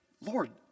Lord